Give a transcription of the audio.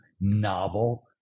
novel